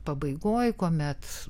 pabaigoj kuomet